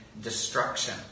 destruction